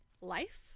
life